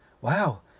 wow